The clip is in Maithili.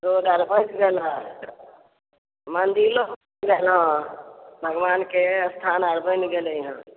रोड आर बनि गेल हय मन्दिलो बनि गेल हँ भगवानके स्थान आर बनि गेलै हँ